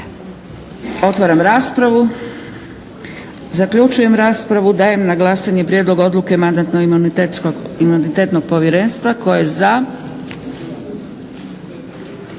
Otvaram raspravu. Zaključujem raspravu. Dajem na glasanje prijedlog odluke mandatno-imunitetnog povjerenstva. Tko je za?